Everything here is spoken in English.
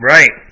Right